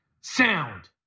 sound